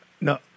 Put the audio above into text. no